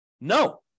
No